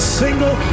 single